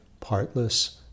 partless